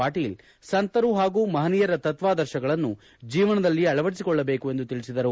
ಪಾಟೀಲ್ ಸಂತರು ಹಾಗೂ ಮಹನೀಯರ ತತ್ನಾದರ್ಶಗಳನ್ನು ಜೀವನದಲ್ಲಿ ಅಳವಡಿಸಿಕೊಳ್ಳಬೇಕು ಎಂದು ತಿಳಿಸಿದರು